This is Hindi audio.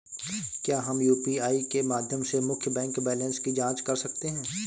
क्या हम यू.पी.आई के माध्यम से मुख्य बैंक बैलेंस की जाँच कर सकते हैं?